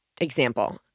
Example